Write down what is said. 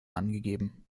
angegeben